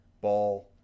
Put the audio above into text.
ball